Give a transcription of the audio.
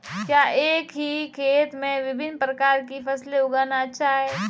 क्या एक ही खेत में विभिन्न प्रकार की फसलें उगाना अच्छा है?